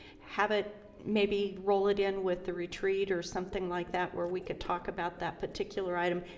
have it maybe roll it in with the retreat or something like that where we could talk about that particular item?